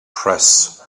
press